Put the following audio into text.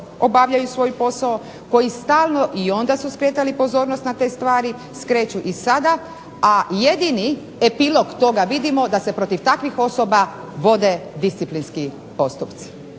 obavljaju svoj posao, koji stalno i onda su skretali pozornost na te stvari, skreću i sada, a jedini epilog toga vidimo da se protiv takvih osoba vode disciplinski postupci.